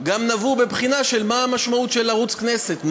גם נגעו לבחינה של מה המשמעות של ערוץ הכנסת,